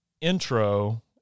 intro